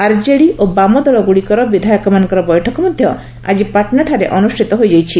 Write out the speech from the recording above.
RJD ଏବଂ ବାମଦଳ ଗୁଡ଼ିକର ବିଧାୟକମାନଙ୍କର ବୈଠକ ମଧ୍ୟ ଆଜି ପାଟନା ଠାରେ ଅନୁଷ୍ଠିତ ହୋଇଯାଇଛି